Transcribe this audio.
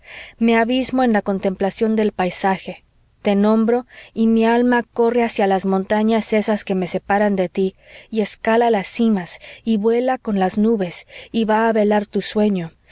me abismo en la contemplación del paisaje te nombro y mi alma corre hacia las montañas esas que me separan de tí y escala las cimas y vuela con las nubes y va a velar tu sueño